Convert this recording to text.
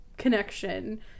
Connection